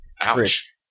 Ouch